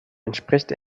entspricht